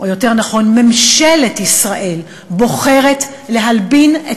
או יותר נכון ממשלת ישראל בוחרת להלבין את